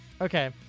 Okay